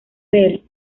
bell